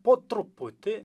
po truputį